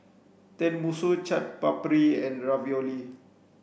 Tenmusu Chaat Papri and Ravioli